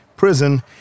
prison